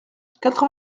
quatre